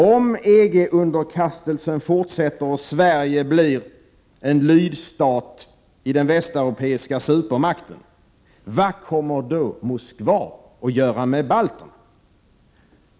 Om EG underkastelsen fortsätter och Sverige blir en lydstat i den västeuropeiska supermakten, vad kommer då Moskva att göra med balterna?